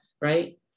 right